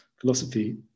philosophy